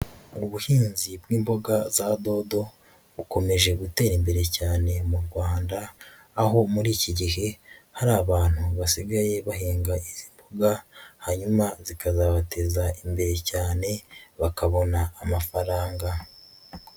Ubuhinzi bw'imboga za dodo bukomeje gutera imbere cyane mu Rwanda, aho muri iki gihe hari abantu basigaye bahinga izi mboga, hanyuma zikazabateza imbere cyane bakabona amafaranga.